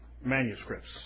manuscripts